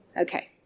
Okay